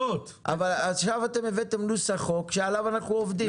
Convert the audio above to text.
עכשיו אתם הבאתם נוסח חוק שעליו אנחנו עובדים.